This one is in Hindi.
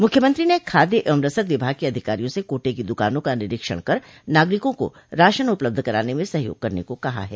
मुख्यमंत्री ने खाद्य एवं रसद विभाग के अधिकारियों से कोटे की दुकानों का निरीक्षण कर नागरिकों को राशन उपलब्ध कराने में सहयोग करने को कहा है